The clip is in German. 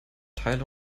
teile